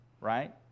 Right